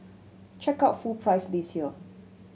check out full price list here